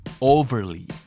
Overly